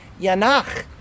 yanach